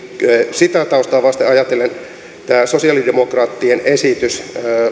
sitä taustaa vasten ajatellen kieltämättä minun täytyy sanoa että tästä sosialidemokraattien esityksestä